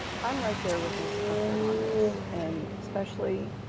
i'm right there with ms. cuthbert on this, and especially,